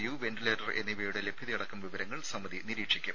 U ventilator എന്നിവയുടെ ലഭ്യതയടക്കം വിവരങ്ങൾ സമിതി നിരീക്ഷിക്കും